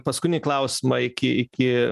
paskutinį klausmą iki iki